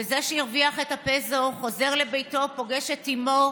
וזה שהרוויח את פסו חוזר לביתו, פוגש את אימו,